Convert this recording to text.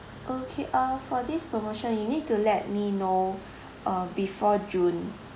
okay uh for this promotion you need to let me know uh before june